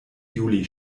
juli